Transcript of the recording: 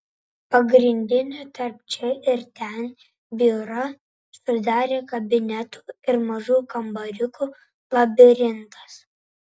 pagrindinį tarp čia ir ten biurą sudarė kabinetų ir mažų kambariukų labirintas